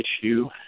issue